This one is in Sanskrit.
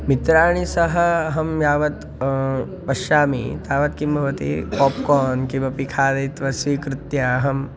मित्राणि सह अहं यावत् पश्यामि तावत् किं भवति पोप्कान् किमपि खादयित्वा स्वीकृत्य अहम्